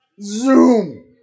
zoom